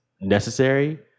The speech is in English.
necessary